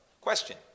Question